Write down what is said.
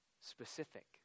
specific